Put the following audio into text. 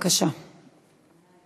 7455, 7463, 7467, 7469 ו-7471.